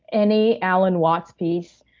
any allen watts piece.